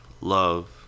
Love